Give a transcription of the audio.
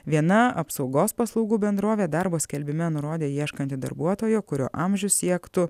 viena apsaugos paslaugų bendrovė darbo skelbime nurodė ieškanti darbuotojo kurio amžius siektų